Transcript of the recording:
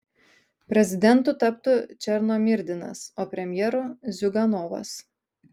prezidentu taptų černomyrdinas o premjeru ziuganovas